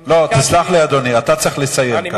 לא, תסלח לי, אדוני, אתה צריך לסיים כרגע.